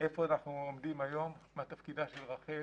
איפה אנחנו עומדים היום, מה תפקידה של רח"ל,